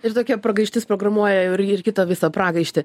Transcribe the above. ir tokia pragaištis programuoja jau ir kitą visą pragaištį